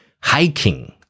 hiking